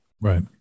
right